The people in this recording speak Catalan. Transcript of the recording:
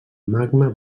magma